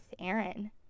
Aaron